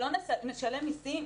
שלא נשלם מיסים?